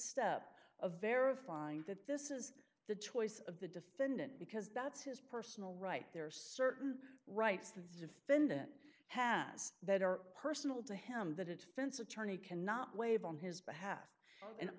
step of verifying that this is the choice of the defendant because that's his personal right there are certain rights that the defendant has that are personal to him that it fence attorney cannot wave on his behalf and